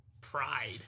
pride